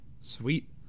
sweet